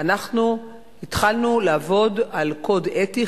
אנחנו התחלנו לעבוד על קוד אתי.